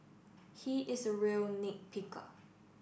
he is a real nit picker